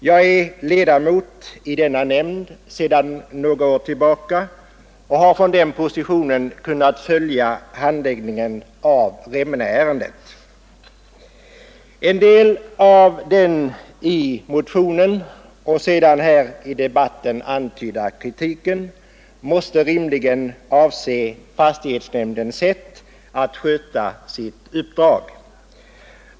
Jag är ledamot i denna nämnd sedan några år och har från den positionen kunnat följa handläggningen av Remmeneärendet. En del av den i motionen och sedan här i debatten antydda kritiken måste rimligen avse fastighetsnämndens sätt att sköta sitt uppdrag.